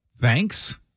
Thanks